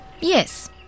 Yes